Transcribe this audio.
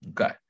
Okay